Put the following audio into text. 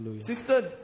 Sister